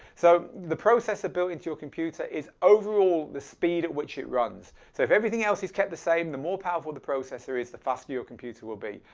so the processor built into your computer is overall the speed at which it runs so if everything else is kept the same the more powerful the processor is the faster your computer will be.